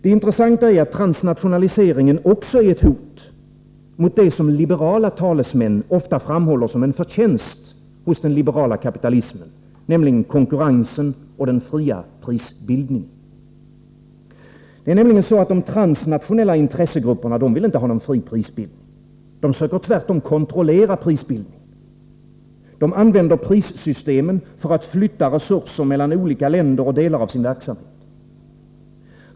Det intressanta är att transnationaliseringen är ett hot också mot det som liberala talesmän ofta framhåller som en förtjänst hos den liberala kapitalismen, nämligen konkurrensen och den fria prisbildningen. De transnationella intressegrupperna vill inte ha någon fri prisbildning. De söker tvärtom kontrollera prisbildningen. De använder prissystemen för att flytta resurser mellan olika länder och delar av sin verksamhet.